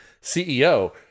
CEO